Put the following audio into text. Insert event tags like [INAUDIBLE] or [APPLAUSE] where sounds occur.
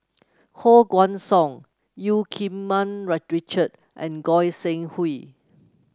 Koh Guan Song Eu Keng Mun [UNINTELLIGIBLE] Richard and Goi Seng Hui